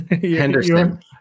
Henderson